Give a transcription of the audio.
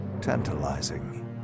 tantalizing